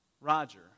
Roger